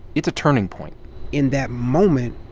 it's a turning point in that moment,